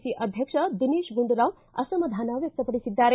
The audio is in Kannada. ಸಿ ಅಧ್ಯಕ್ಷ ದಿನೇಶ್ ಗುಂಡೂರಾವ್ ಅಸಮಾಧಾನ ವ್ಯಕ್ತಪಡಿಸಿದ್ದಾರೆ